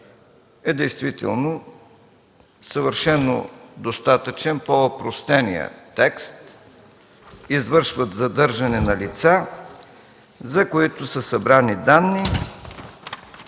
е действително съвършено достатъчен по-опростеният текст: „извършват задържане на лица, за които са събрани данни